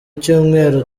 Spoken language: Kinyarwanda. cyumweru